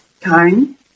time